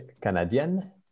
Canadienne